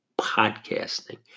podcasting